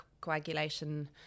coagulation